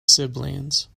siblings